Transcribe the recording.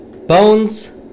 Bones